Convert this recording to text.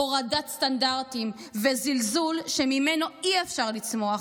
הורדת סטנדרטים וזלזול שממנו אי-אפשר לצמוח,